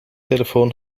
telefoon